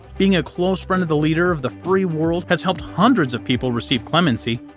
being a close friend of the leader of the free world has helped hundreds of people receive clemency.